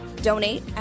Donate